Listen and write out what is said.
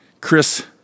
Chris